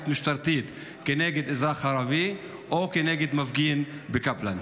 משטרתית כנגד אזרח ערבי או כנגד מפגין בקפלן.